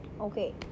okay